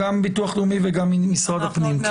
גם ביטוח לאומי וגם משרד הפנים.